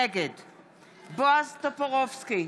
נגד בועז טופורובסקי,